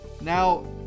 Now